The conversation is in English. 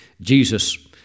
Jesus